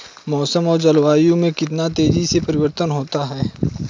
मौसम और जलवायु में कितनी तेजी से परिवर्तन होता है?